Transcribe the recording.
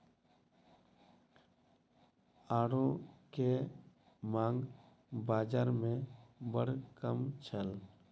आड़ू के मांग बाज़ार में बड़ कम छल